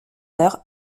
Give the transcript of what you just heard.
heures